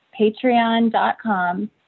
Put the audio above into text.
patreon.com